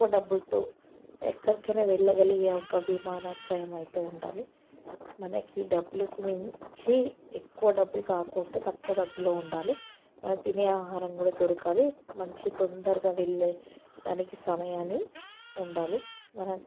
తక్కువ డబ్బులతో ఎక్కడికైనా వెళ్ళగలిగే ఒక విమానాశ్రయం అయితే ఉండాలి మనకి డబ్బులకి మించి ఎక్కువ డబ్బులు కాకుండా తక్కువ డబ్బులో ఉండాలి మనం తినే ఆహారం కూడా దొరకాలి మంచి తొందరగా వెళ్లే దానికి సమయాన్ని ఉండాలి మనం